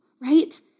right